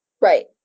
Right